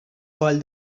called